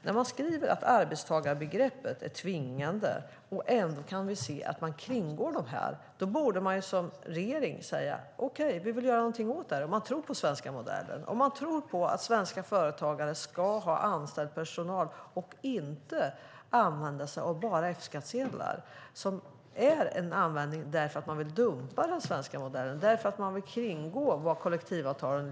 När ni skriver att arbetstagarbegreppet är tvingande och ändå ser att det kringgås borde ni som regering säga att ni vill göra något åt det om ni tror på den svenska modellen och på att svenska företagare ska ha anställd personal och inte använda sig av F-skattsedlar för att dumpa den svenska modellen och kringgå kollektivavtalen.